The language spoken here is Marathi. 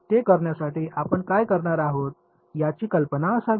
ते करण्यापूर्वी आपण काय करणार आहोत याची कल्पना असावी